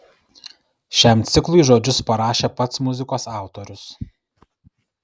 šiam ciklui žodžius parašė pats muzikos autorius